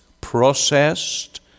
processed